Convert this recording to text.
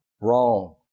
wrong